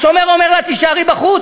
השומר אומר לה: תישארי בחוץ,